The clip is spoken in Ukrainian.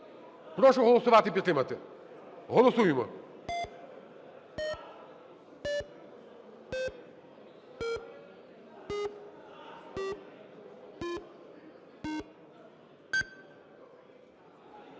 Прошу голосувати і підтримати. Голосуємо.